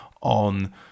on